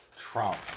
Trump